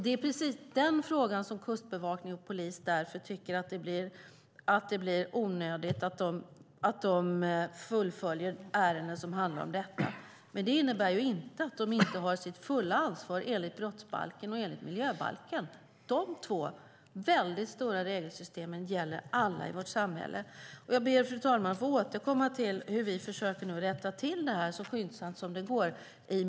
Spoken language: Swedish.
Det är precis därför som Kustbevakningen och polisen tycker att det blir onödigt att fullfölja ärenden som handlar om detta. Men det innebär inte att de inte har sitt fulla ansvar enligt brottsbalken och enligt miljöbalken. Dessa två mycket stora regelsystem gäller alla i vårt samhälle. Fru talman! Jag ber att få återkomma i mitt nästa inlägg till hur vi nu försöker att rätta till detta så skyndsamt som det går.